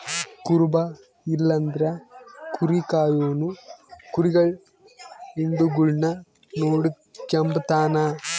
ಕುರುಬ ಇಲ್ಲಂದ್ರ ಕುರಿ ಕಾಯೋನು ಕುರಿಗುಳ್ ಹಿಂಡುಗುಳ್ನ ನೋಡಿಕೆಂಬತಾನ